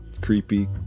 creepy